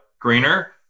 greener